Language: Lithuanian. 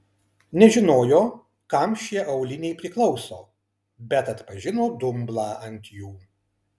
nežinojo kam šie auliniai priklauso bet atpažino dumblą ant jų